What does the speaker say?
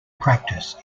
practice